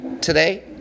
today